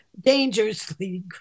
dangerously